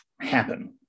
happen